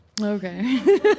Okay